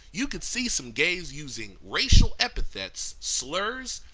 you could see some gays using racial epithets, slurs,